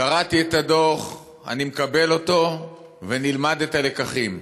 קראתי את הדוח, אני מקבל אותו ונלמד את הלקחים.